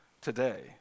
today